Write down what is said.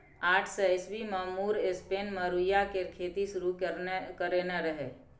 आठ सय ईस्बी मे मुर स्पेन मे रुइया केर खेती शुरु करेने रहय